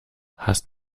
hast